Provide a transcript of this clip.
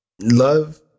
love